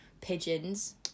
pigeons